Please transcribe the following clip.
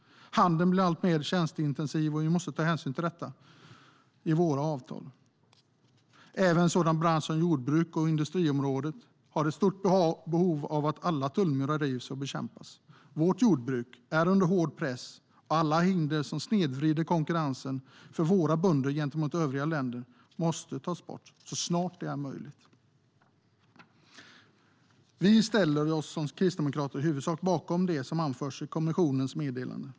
Handeln blir alltmer tjänsteintensiv, och vi måste ta hänsyn till detta i våra avtal. Även sådana branscher som jordbruk och industri har ett stort behov av att alla tullmurar rivs och bekämpas. Vårt jordbruk är under hård press, och alla hinder som snedvrider konkurrensen för våra bönder gentemot övriga länder måste tas bort så snart det är möjligt. Vi ställer oss som kristdemokrater i huvudsak bakom det som anförs i kommissionens meddelande.